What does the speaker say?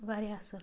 واریاہ اصٕل